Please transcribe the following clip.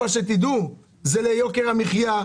אבל שתדעו שזה נוגע ליוקר המחייה,